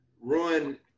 ruin